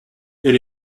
elle